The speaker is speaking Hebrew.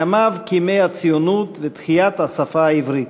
ימיו כימי הציונות ותחיית השפה העברית.